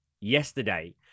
yesterday